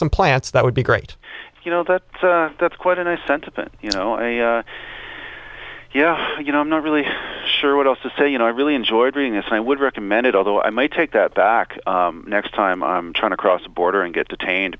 some plants that would be great you know that that's quite a nice sentiment you know and yeah you know i'm not really sure what else to say you know i really enjoyed reading this i would recommend it although i may take that back next time i try to cross the border and get detained